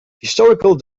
historical